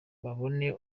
babone